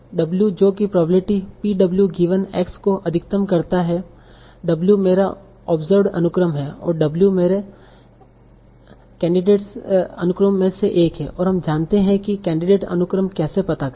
W जो की probability P W given X को अधिकतम करता है X मेरा ओब्सर्वड अनुक्रम है और W मेरे कैंडिडेट अनुक्रमों में से एक है और हम जानते हैं कि कैंडिडेट अनुक्रम कैसे पता करें